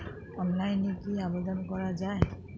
অনলাইনে কি আবেদন করা য়ায়?